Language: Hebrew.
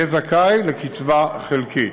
יהיה זכאי לקצבה חלקית.